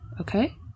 Okay